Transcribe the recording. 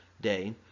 day